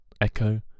Echo